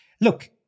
look